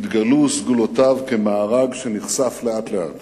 התגלו סגולותיו כמארג שנחשף אט-אט,